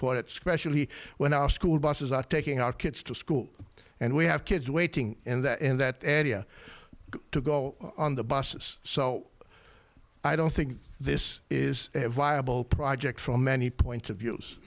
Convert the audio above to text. for that specially when our school bus is not taking our kids to school and we have kids waiting in that and that area to go on the busses so i don't think this is a viable project from many points of views